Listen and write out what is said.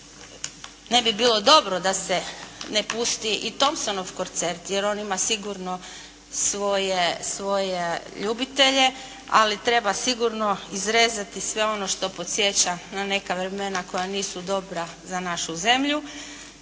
ne bi bilo dobro da se ne pusti i Thompsonov koncert, jer on ima sigurno svoje ljubitelje, ali treba sigurno izrezati sve ono što podsjeća na neka vremena koja nisu dobra za našu zemlju